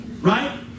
right